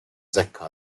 zecca